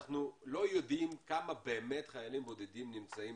אנחנו לא יודעים כמה באמת חיילים בודדים נמצאים